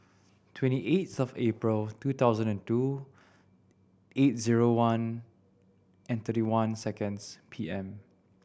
twenty eighth of April two thousand and two eight zero one and thirty one seconds P M